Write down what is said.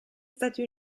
stati